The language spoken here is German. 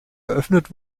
eröffnet